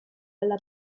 dalla